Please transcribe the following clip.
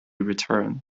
return